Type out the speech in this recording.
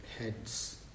heads